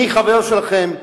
אני חבר שלכם,